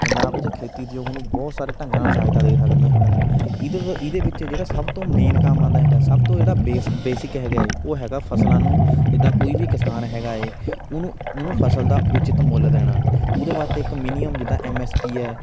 ਪੰਜਾਬ ਵਿਚ ਖੇਤੀ ਉਦਯੋਗ ਨੂੰ ਬਹੁਤ ਸਾਰੇ ਢੰਗਾਂ ਨਾਲ ਸਹਾਇਤਾ ਦੇ ਸਕਦੀਆਂ ਹਨ ਇਹਦੇ 'ਚ ਇਹਦੇ ਵਿੱਚ ਜਿਹੜਾ ਸਭ ਤੋਂ ਮੇਨ ਕੰਮ ਆਉਂਦਾ ਹੈਗਾ ਸਭ ਤੋਂ ਜਿਹੜਾ ਬੇਸ ਬੇਸਿਕ ਹੈਗਾ ਹੈ ਉਹ ਹੈਗਾ ਫਸਲਾਂ ਨੂੰ ਜਿੱਦਾਂ ਕੋਈ ਵੀ ਕਿਸਾਨ ਹੈਗਾ ਹੈ ਉਹਨੂੰ ਉਹਨੂੰ ਫ਼ਸਲ ਦਾ ਉਚਿਤ ਮੁੱਲ ਦੇਣਾ ਉਹਦੇ ਵਾਸਤੇ ਇੱਕ ਮਿਨੀਅਮ ਜਿੱਦਾਂ ਐੱਮ ਐੱਸ ਪੀ ਹੈ